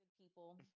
people